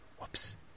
Whoops